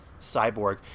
cyborg